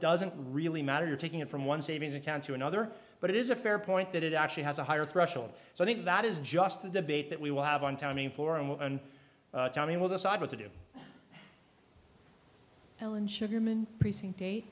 doesn't really matter taking it from one savings account to another but it is a fair point that it actually has a higher threshold so i think that is just a debate that we will have on timing for and johnny will decide what to do helen sugarman precinct